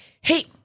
hey